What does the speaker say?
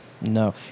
No